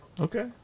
Okay